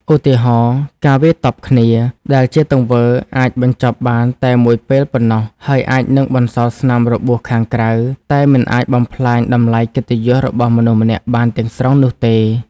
ឧទាហរណ៍៖ ការវាយតប់គ្នា ដែលជាទង្វើ អាចបញ្ចប់បានតែមួយពេលប៉ុណ្ណោះ ហើយអាចនឹងបន្សល់ស្នាមរបួសខាងក្រៅ តែមិនអាចបំផ្លាញតម្លៃកិត្តិយសរបស់មនុស្សម្នាក់បានទាំងស្រុងនោះទេ។